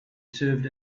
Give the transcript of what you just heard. served